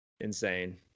Insane